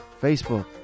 facebook